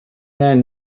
man